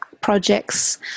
projects